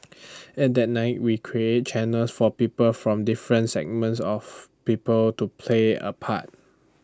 in that night we created channels for people from different segments of people to play A part